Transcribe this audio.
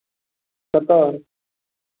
कतय